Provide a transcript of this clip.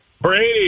Brady